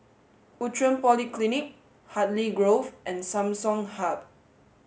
Outram Polyclinic Hartley Grove and Samsung Hub